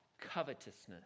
covetousness